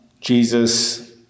Jesus